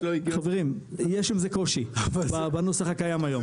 חברים יש עם זה קושי בנוסח שקיים היום,